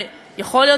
יכול להיות,